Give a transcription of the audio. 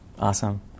Awesome